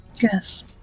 Yes